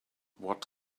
what